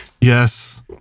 Yes